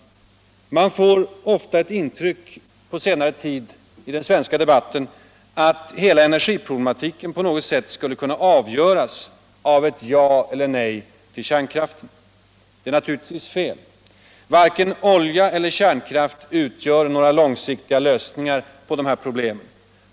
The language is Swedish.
]. Man har ofta fått ett intryck av den svenska debatten på senare tid att hela energiproblematiken på något sätt skulle kunna avgöras av ett ja eller nej ull kärnkraften. Det är naturligtvis fel. Varken olja eller kärnkraft utgör några långsiktiga lösningar på de här problemen.